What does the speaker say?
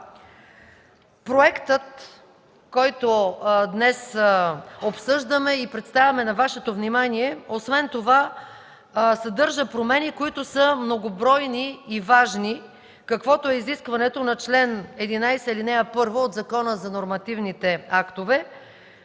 Проектът, който днес обсъждаме и представяме на Вашето внимание, освен това съдържа промени, които са многобройни и важни, каквото е изискването на чл. 11, ал. 1 от Закона за нормативните актове,